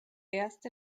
erste